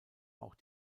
auch